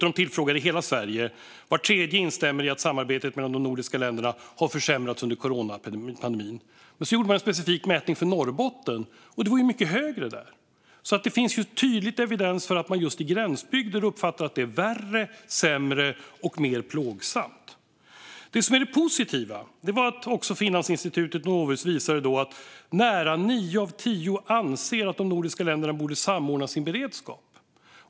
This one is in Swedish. Av de tillfrågade i hela Sverige instämde var tredje i att samarbetet mellan de nordiska länderna hade försämrats under coronapandemin. Men man gjorde en specifik mätning för Norrbotten. Där var det många fler. Det finns alltså tydlig evidens för att man i just gränsbygder uppfattar att det är värre, sämre och mer plågsamt. Det positiva är att Finlandsinstitutets Novusundersökning också visade att nära nio av tio anser att de nordiska länderna borde samordna sin beredskap.